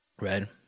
red